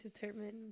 determined